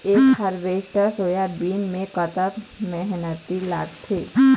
एक hectare soybean म कतक मेहनती लागथे?